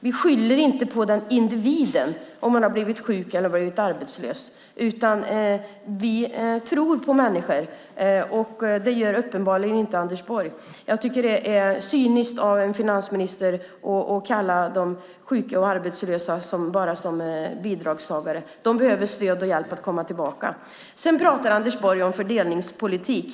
Vi skyller nämligen inte på individen om man har blivit sjuk eller arbetslös. Vi tror på människor. Det gör uppenbarligen inte Anders Borg. Jag tycker att det är cyniskt av en finansminister att se sjuka och arbetslösa bara som bidragstagare. De behöver stöd och hjälp för att komma tillbaka. Sedan pratar Anders Borg om fördelningspolitik.